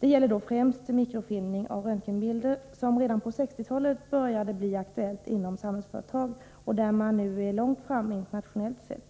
Det gäller då främst mikrofilmning av röntgenbilder, som redan på 1960-talet började bli aktuell inom Samhällsföretag och där man nu är långt framme internationellt sett.